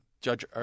Judge